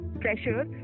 pressure